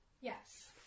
Yes